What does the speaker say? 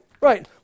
right